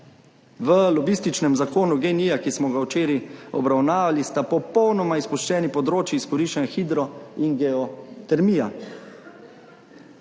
V lobističnem zakonu GEN-I, ki smo ga včeraj obravnavali, sta popolnoma izpuščeni področji izkoriščanja hidro- in geotermije.